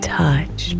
touch